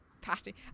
Patty